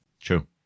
True